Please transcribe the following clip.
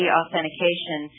authentication